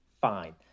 fine